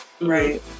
Right